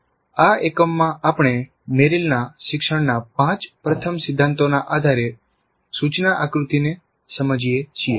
આ એકમમાં આપણે મેરિલના શિક્ષણના પાંચ પ્રથમ સિદ્ધાંતોના આધારે સૂચના આકૃતિને સમજીએ છીએ